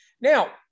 Now